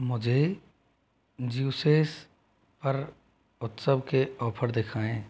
मुझे ज्यूसेस पर उत्सव के ऑफ़र दिखाएँ